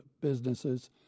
businesses